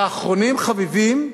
ואחרונים חביבים,